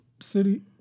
city